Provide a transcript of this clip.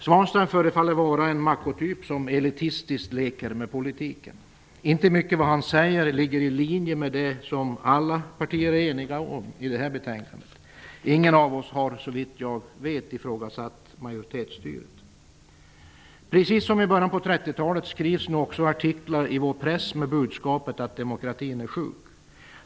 Swanstein förefaller vara en macho-typ som elitistiskt leker med politiken. Inte mycket av vad han säger ligger i linje med det som alla partier är eniga om i det här betänkandet. Ingen av oss har såvitt jag vet ifrågasatt majoritetsstyret. Precis som i början av 30-talet skrivs nu artiklar i vår press med budskapet att demokratin är sjuk.